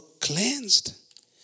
cleansed